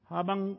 Habang